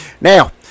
Now